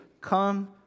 Come